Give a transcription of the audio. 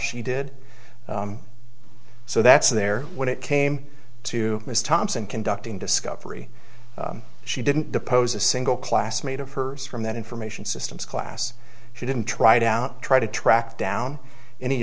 she did so that's there when it came to ms thompson conducting discovery she didn't depose a single classmate of hers from that information systems class she didn't try it out try to track down any